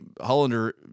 Hollander